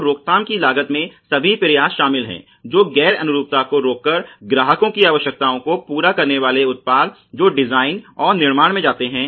तो रोकथाम की लागत में सभी प्रयास शामिल हैं जो गैर अनुरूपता को रोककर ग्राहकों की आवश्यकताओं को पूरा करने वाले उत्पाद जो डिजाइन और निर्माण में जाते हैं